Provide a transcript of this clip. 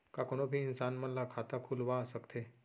का कोनो भी इंसान मन ला खाता खुलवा सकथे?